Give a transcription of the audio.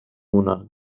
una